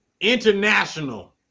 International